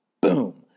Boom